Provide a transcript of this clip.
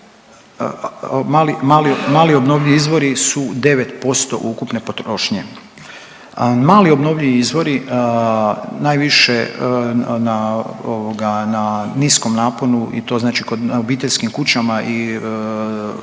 mali obnovljivi izvori su 9% ukupne potrošnje. Mali obnovljivi izvori najviše na ovoga, na niskom naponu i to znači kod, u obiteljskim kućama i kupcima